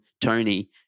Tony